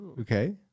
Okay